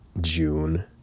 june